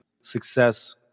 success